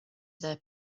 their